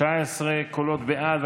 19 קולות בעד,